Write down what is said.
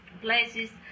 places